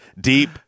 deep